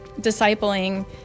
discipling